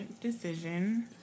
decision